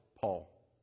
Paul